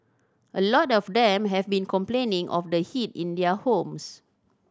a lot of them have been complaining of the heat in their homes